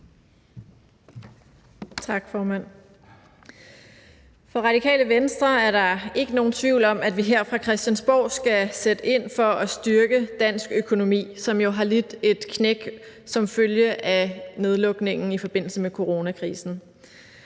Det Radikale Venstre er der ikke nogen tvivl om, at vi her fra Christiansborgs side skal sætte ind for at styrke dansk økonomi, som jo har lidt et knæk som følge af nedlukningen i forbindelse med coronakrisen.